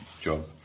job